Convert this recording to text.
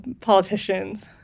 politicians